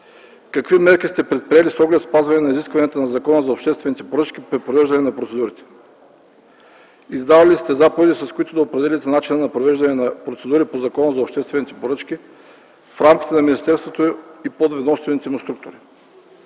какви мерки сте предприели с оглед спазване на изискванията на Закона за обществените поръчки при провеждане на процедурите? Издавали ли сте заповеди, с които да определяте начина на провеждане на процедури по Закона за обществените поръчки в рамките на министерството и подведомствените му структури?